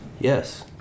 Yes